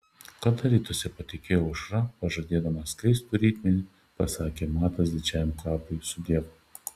kada rytuose patekėjo aušra pažadėdama skaistų rytmetį pasakė matas didžiajam kapui sudiev